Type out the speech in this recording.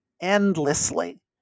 endlessly